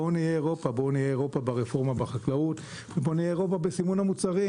בואו נהיה אירופה - ברפורמה בחקלאות ובסימון המוצרים.